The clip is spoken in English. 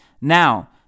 Now